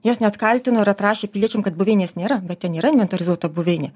jos net kaltino ir atrašė piliečiams kad buveinės nėra bet ten yra inventorizuota buveinė